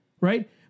right